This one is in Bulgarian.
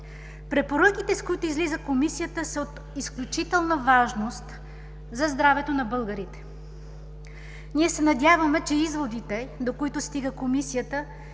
Препоръките, с които излиза Комисията, са от изключителна важност за здравето на българите. Надяваме се, че изводите, до които стига Комисията,